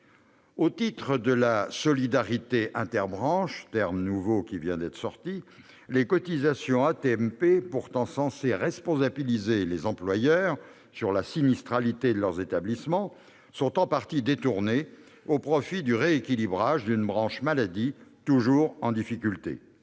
Au titre de la solidarité « interbranches »- c'est un terme qui vient de sortir !-, les cotisations AT-MP, qui sont pourtant censées responsabiliser les employeurs sur la sinistralité de leurs établissements, sont en partie détournées au profit du rééquilibrage d'une branche maladie toujours en difficulté.